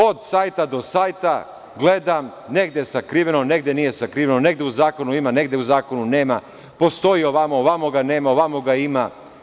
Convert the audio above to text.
Od sajta do sajta gledam, negde je sakriveno, negde nije, negde u zakonu ima, negde u zakonu nema, postoji ovamo, ovamo ga nema, ovamo ga ima.